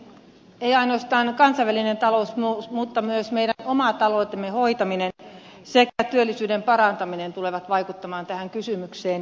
ei ainoastaan kansainvälinen talous mutta myös meidän oman taloutemme hoitaminen sekä työllisyyden parantaminen tulevat vaikuttamaan tähän kysymykseen